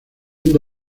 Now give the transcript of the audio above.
mundo